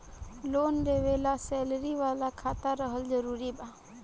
Loan लेवे ला salary वाला खाता रहल जरूरी बा?